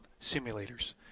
simulators